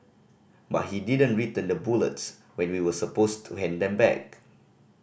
but he didn't return the bullets when we were supposed to hand them back